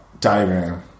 Diagram